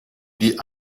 die